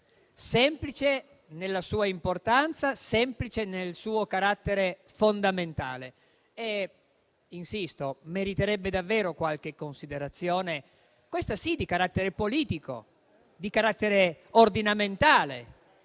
semplice, nella sua importanza e nel suo carattere fondamentale; insisto che meriterebbe davvero qualche considerazione, questa sì, di carattere politico e ordinamentale.